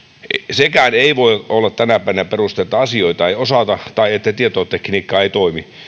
sekään ei voi olla tänäpänä peruste että asioita ei osata tai että tietotekniikka ei toimi